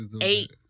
eight